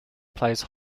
plays